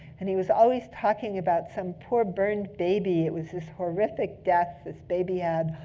and he was always talking about some poor, burned baby. it was this horrific death this baby had,